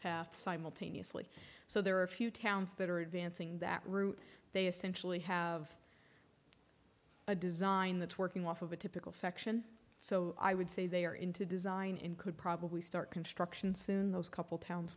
past simultaneously so there are a few towns that are advancing that route they essentially have a design that's working off of a typical section so i would say they are into design in could probably start construction soon those couple towns